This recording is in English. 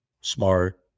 smart